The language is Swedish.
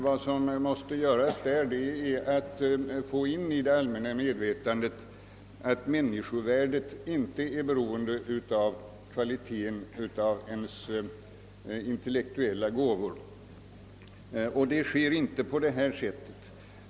Vad som måste göras är att få in i det allmänna medvetandet att människovärdet inte är beroende av kvaliteten på ens intellektuella gåvor. Detta sker inte på det här sättet.